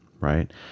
Right